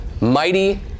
mighty